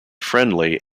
friendly